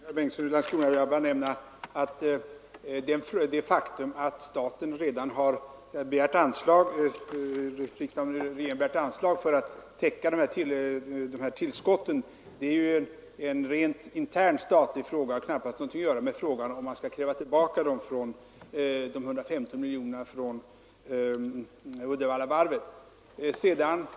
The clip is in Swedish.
Herr talman! Till herr Bengtsson i Landskrona vill jag bara nämna att det faktum att regeringen redan har begärt anslag för att täcka tillskotten är en rent intern statlig fråga, som knappast har något att göra med frågan om man skall kräva tillbaka de 150 miljonerna från Uddevallavarvet.